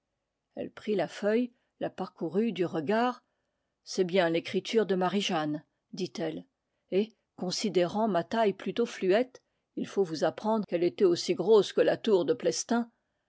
elle prit la feuille la parcourut du regard c'est bien l'écriture de marie-jeanne dit-elle et considérant ma taille plutôt fluette il faut vous apprendre qu'elle était aussi grosse que la tour de plestin